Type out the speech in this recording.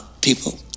people